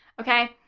okay.